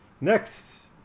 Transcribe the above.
next